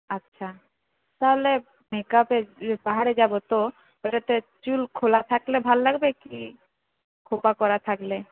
আচ্ছা তাহলে মেকাপের পাহাড়ে যাব তো তাহলে তো চুল খোলা থাকলে ভালো লাগবে কি খোঁপা করা থাকলে